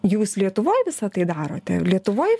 jūs lietuvoj visą tai darote lietuvoj